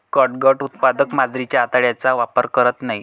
catgut उत्पादक मांजरीच्या आतड्यांचा वापर करत नाहीत